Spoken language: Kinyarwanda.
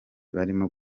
barimo